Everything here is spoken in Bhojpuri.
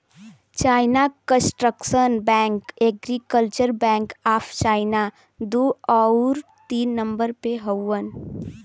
China construction bank, agriculture bank of China दू आउर तीन नम्बर पे हउवन